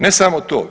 Ne samo to.